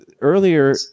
earlier